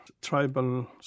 tribal